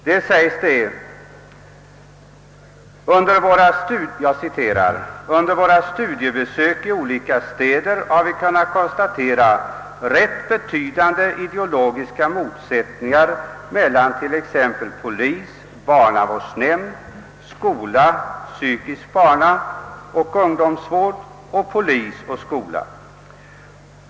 Det heter där: »Under våra studiebesök i olika städer har vi kunnat konstatera rätt betydande ideologiska motsättningar mellan t.ex. polis—barnavårdsnämnd, skola—psykisk barnaoch ungdomsvård samt polis—skola.